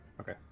Okay